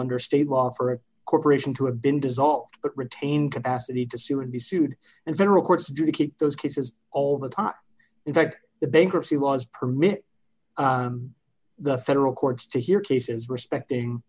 under state law for a corporation to have been dissolved but retain capacity to sear and be sued and federal courts do to keep those cases all the time in fact the bankruptcy laws permit the federal courts to hear cases respecting